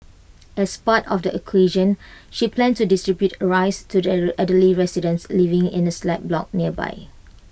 as part of the occasion she planned to distribute rice to elderly residents living in A slab block nearby